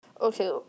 Okay